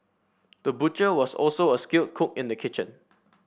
the butcher was also a skilled cook in the kitchen